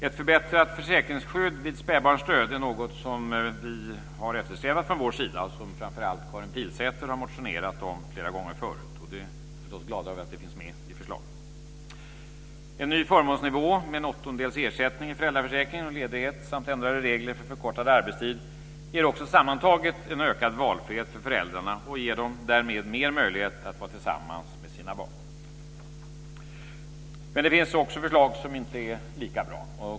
Ett förbättrat försäkringsskydd vid spädbarnsdöd är något som vi har eftersträvat från vår sida och som framför allt Karin Pilsäter har motionerat om flera gånger förut. Vi är förstås glada över att det finns med i förslaget. En ny förmånsnivå med en åttondels ersättning i föräldraförsäkringen och ledighet samt ändrade regler för förkortad arbetstid ger också sammantaget en ökad valfrihet för föräldrarna och ger dem därmed mer möjlighet att vara tillsammans med sina barn. Men det finns också förslag som inte är lika bra.